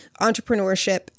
entrepreneurship